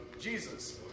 Jesus